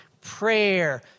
prayer